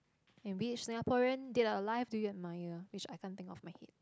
and which Singaporean dead or alive do you admire which I can't think off my head